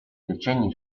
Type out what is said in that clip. decenni